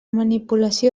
manipulació